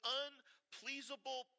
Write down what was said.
unpleasable